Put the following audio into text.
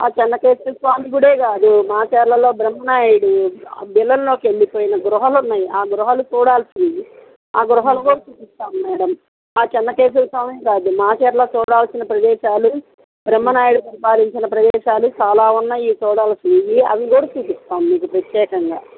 ఆ చెన్నకేశవ స్వామి గుడే కాదు మాచర్లలో బ్రహ్మనాయుడు ఇళ్ళల్లోకి వెళ్ళిపోయిన గుహలు ఉన్నాయి ఆ గుహలు చూడాల్సింది ఆ గుహలు కూడా చూపిస్తాము మ్యాడమ్ ఆ చెన్నకేశవ స్వామే కాదు మాచర్లలో చూడాల్సిన ప్రదేశాలు బ్రహ్మనాయుడు పరిపాలించిన ప్రదేశాలు చాలా ఉన్నాయి చూడాల్సినవి అవి కూడా చూపిస్తాము మీకు ప్రత్యేకంగా